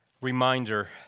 reminder